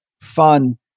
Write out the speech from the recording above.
fun